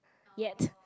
yet